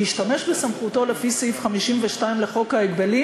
להשתמש בסמכותו לפי סעיף 52 לחוק ההגבלים